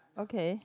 okay